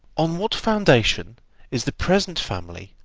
on what foundation is the present family,